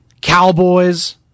Cowboys